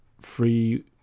free